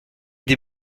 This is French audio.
des